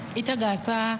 itagasa